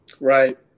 Right